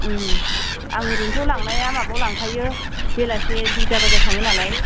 आं ओरैनोथ' लांनाया माबायाव लांखायो बेलासे दुइता बाजायाव थाङो नालाय